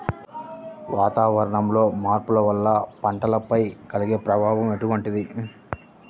వాతావరణంలో మార్పుల వల్ల పంటలపై కలిగే ప్రభావం ఎటువంటిది?